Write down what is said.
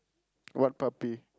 what puppy